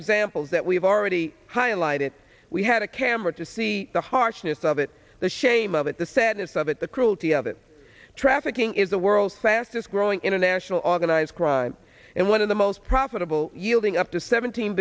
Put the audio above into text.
examples that we've already highlighted we had a camera to see the harshness of it the shame of it the sadness of it the cruelty of it trafficking is the world's fastest growing international organized crime and one of the most profitable yielding up to seventeen